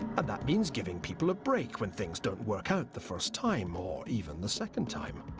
and that means giving people a break when things don't work out the first time, or even the second time.